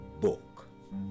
Book